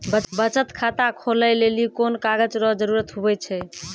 बचत खाता खोलै लेली कोन कागज रो जरुरत हुवै छै?